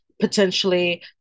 potentially